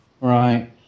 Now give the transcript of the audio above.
Right